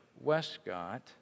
Westcott